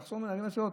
אין מה לעשות.